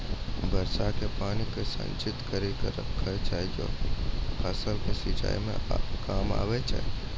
वर्षा के पानी के संचित कड़ी के रखना चाहियौ फ़सल के सिंचाई मे काम आबै छै?